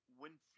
Winfield